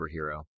superhero